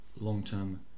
long-term